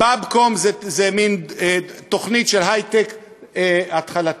"באבקום" היא מין תוכנית של היי-טק התחלתי,